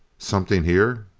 something here?